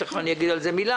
שתיכף אגיד על זה מילה,